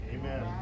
Amen